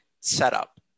setup